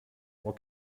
what